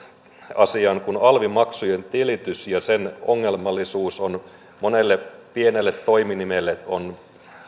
asian kuin alvin maksujen tilityksen ja sen ongelmallisuuden monella pienellä toiminimellä on